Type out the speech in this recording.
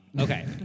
Okay